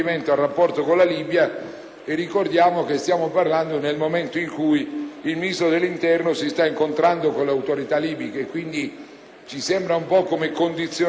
e ricordiamo che stiamo parlando in un momento in cui il Ministro dell'interno si sta incontrando con le autorità libiche. Ci sembrerebbe, quindi, di condizionare un rapporto bilaterale